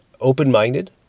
open-minded